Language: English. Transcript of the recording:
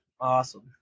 Awesome